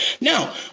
Now